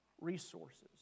resources